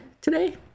today